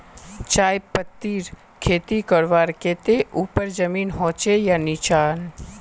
चाय पत्तीर खेती करवार केते ऊपर जमीन होचे या निचान?